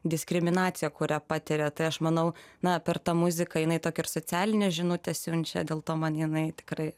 diskriminaciją kurią patiria tai aš manau na per tą muziką jinai tokia ir socialinę žinutę siunčia dėl to man jinai tikrai